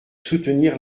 soutenir